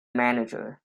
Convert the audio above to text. manager